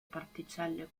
particelle